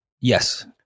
Yes